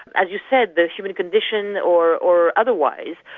as you said, the human condition, or or otherwise.